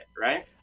right